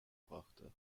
brachte